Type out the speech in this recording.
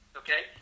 okay